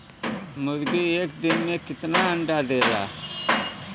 मुर्गी एक दिन मे कितना अंडा देला?